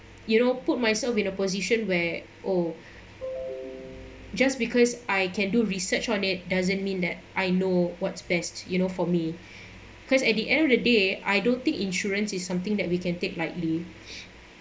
you know put myself in a position where oh just because I can do research on it doesn't mean that I know what's best you know for me because at the end of the day I don't think insurance is something that we can take lightly